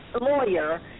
lawyer